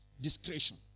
Discretion